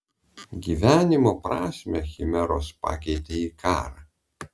gyvenimo prasmę chimeros pakeitė į karą